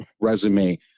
resume